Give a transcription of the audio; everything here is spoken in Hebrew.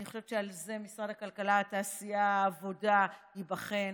אני חושבת שעל זה משרד הכלכלה והתעשייה והעבודה ייבחן.